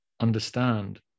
understand